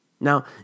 Now